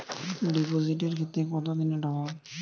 ডিপোজিটের ক্ষেত্রে কত দিনে ডবল?